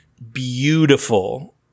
beautiful